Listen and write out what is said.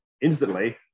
instantly